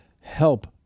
help